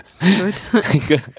Good